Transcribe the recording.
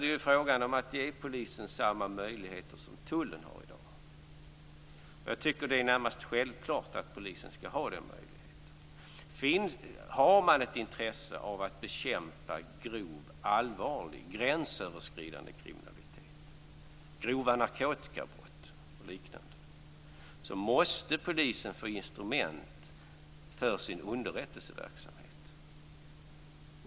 Det är fråga om att ge polisen samma möjlighet som tullen har i dag. Jag tycker att det är närmast självklart att polisen skall ha den möjligheten. Har man ett intresse av att bekämpa grov allvarlig gränsöverskridande kriminalitet, grova narkotikabrott och liknande, måste polisen få instrument för sin underrättelseverksamhet.